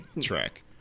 track